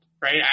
right